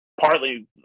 partly